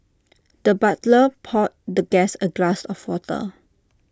the butler poured the guest A glass of water